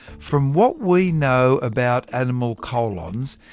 from what we know about animal colons,